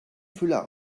füller